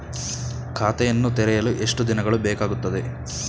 ಖಾತೆಯನ್ನು ತೆರೆಯಲು ಎಷ್ಟು ದಿನಗಳು ಬೇಕಾಗುತ್ತದೆ?